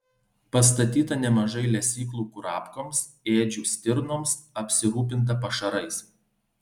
pastatyta nemažai lesyklų kurapkoms ėdžių stirnoms apsirūpinta pašarais